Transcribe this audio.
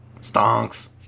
Stonks